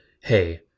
Hey